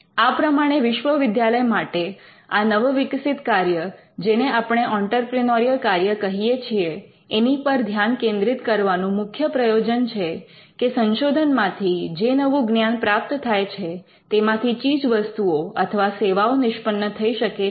આ પ્રમાણે વિશ્વવિદ્યાલય માટે આ નવ વિકસિત કાર્ય જેને આપણે ઑંટરપ્રિનોરિયલ કાર્ય કહીએ છીએ એની પર ધ્યાન કેન્દ્રિત કરવાનું મુખ્ય પ્રયોજન છે કે સંશોધનમાંથી જે નવું જ્ઞાન પ્રાપ્ત થાય છે તેમાંથી ચીજવસ્તુઓ અથવા સેવાઓ નિષ્પન્ન થઈ શકે છે